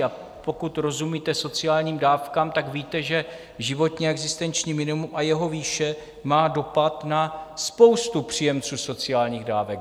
A pokud rozumíte sociálním dávkám, víte, že životní a existenční minimum a jeho výše má dopad na spoustu příjemců sociálních dávek.